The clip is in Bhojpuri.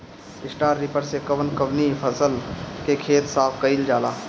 स्टरा रिपर से कवन कवनी फसल के खेत साफ कयील जाला?